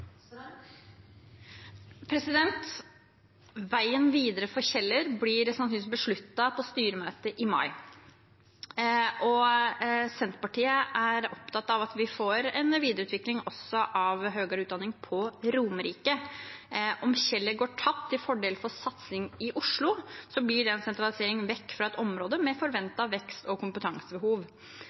opptatt av at vi får en videreutvikling av høyere utdanning på Romerike. Om Kjeller går tapt til fordel for satsing i Oslo, blir det en sentralisering vekk fra et område med forventet vekst og kompetansebehov.